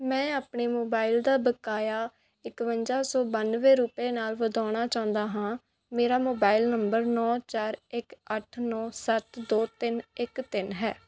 ਮੈਂ ਆਪਣੇ ਮੋਬਾਈਲ ਦਾ ਬਕਾਇਆ ਇਕਵੰਜਾ ਸੌ ਬਾਨਵੇਂ ਰੁਪਏ ਨਾਲ ਵਧਾਉਣਾ ਚਾਹੁੰਦਾ ਹਾਂ ਮੇਰਾ ਮੋਬਾਈਲ ਨੰਬਰ ਨੌਂ ਚਾਰ ਇੱਕ ਅੱਠ ਨੌਂ ਸੱਤ ਦੋ ਤਿੰਨ ਇੱਕ ਤਿੰਨ ਹੈ